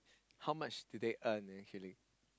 how much do they earn actually